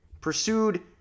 pursued